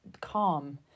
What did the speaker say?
calm